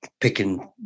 Picking